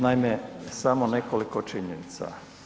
Naime, samo nekoliko činjenica.